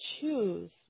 choose